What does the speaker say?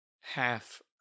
half